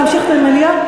להמשיך את המליאה.